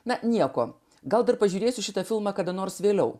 na nieko gal dar pažiūrėsiu šitą filmą kada nors vėliau